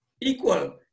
equal